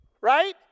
Right